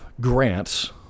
grants